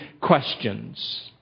questions